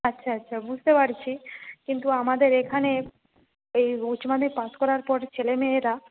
আচ্ছা আচ্ছা বুঝতে পারছি কিন্তু আমাদের এখানে এই উচ্চমাধ্যমিক পাস করার পর ছেলে মেয়েরা